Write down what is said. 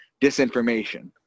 disinformation